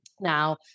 Now